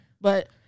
But-